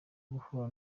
guhura